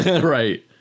Right